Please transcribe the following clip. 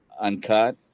uncut